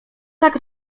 tak